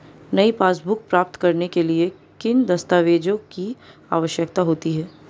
नई पासबुक प्राप्त करने के लिए किन दस्तावेज़ों की आवश्यकता होती है?